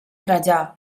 trajà